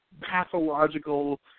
pathological